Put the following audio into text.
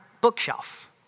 bookshelf